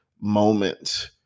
moment